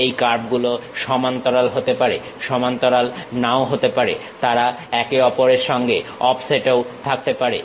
এই কার্ভ গুলো সমান্তরাল হতে পারে সমান্তরাল নাও হতে পারে তারা একে অপরের সঙ্গে অফসেট ও হতে পারে